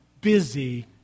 busy